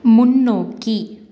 முன்னோக்கி